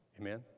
Amen